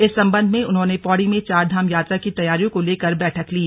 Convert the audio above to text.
इस संबंध में उन्होंने पौड़ी में चारधाम यात्रा की तैयारियों को लेकर बैठक ली